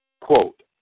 quote